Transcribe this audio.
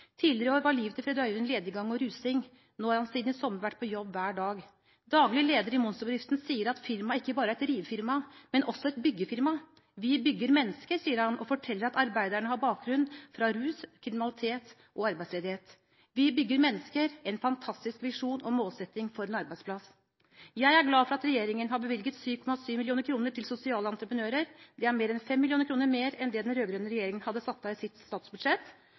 Tidligere i år var livet til Fred Øyvind lediggang og rusing. Nå har han siden i sommer vært på jobb hver dag. Daglig leder i Monsterbedriften sier at firmaet ikke bare er et rivefirma, men også et byggefirma. «Vi bygger mennesker», sier han, og forteller at arbeiderne har bakgrunn fra rus, kriminalitet og arbeidsledighet. Vi bygger mennesker – en fantastisk visjon og målsetting for en arbeidsplass. Jeg er glad for at regjeringen har bevilget 7,7 mill. kr til sosiale entreprenører. Det er mer enn 5 mill. kr mer enn den rød-grønne regjeringen hadde satt av i sitt statsbudsjett.